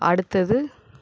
அடுத்தது